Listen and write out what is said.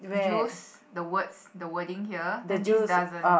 juice the words the wording here then this doesn't